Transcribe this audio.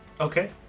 Okay